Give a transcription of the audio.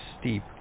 steep